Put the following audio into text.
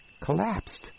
collapsed